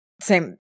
same-